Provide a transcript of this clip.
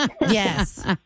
Yes